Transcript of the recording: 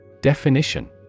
Definition